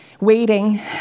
waiting